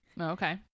Okay